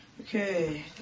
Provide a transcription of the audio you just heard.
Okay